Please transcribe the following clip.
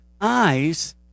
eyes